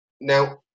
Now